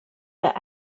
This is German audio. der